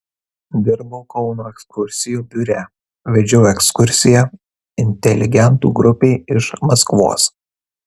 dirbau kauno ekskursijų biure vedžiau ekskursiją inteligentų grupei iš maskvos